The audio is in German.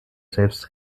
selbst